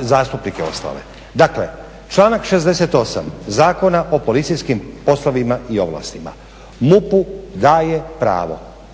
zastupnike ostale. Dakle, članak 68. Zakona o policijskim poslovima i ovlastima MUP-u daje pravo